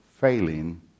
failing